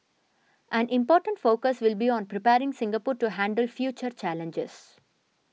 an important focus will be on preparing Singapore to handle future challenges